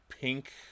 pink